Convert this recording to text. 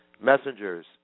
messengers